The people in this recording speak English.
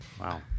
Wow